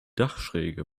dachschräge